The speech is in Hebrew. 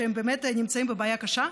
כשהם באמת נמצאים בבעיה קשה?